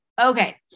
okay